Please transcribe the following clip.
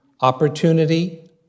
Opportunity